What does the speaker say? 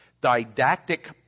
didactic